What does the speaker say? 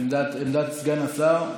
עמדת סגן השר?